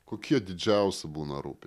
kokie didžiausi būna rūpi